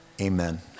Amen